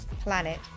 planet